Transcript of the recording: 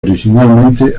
originalmente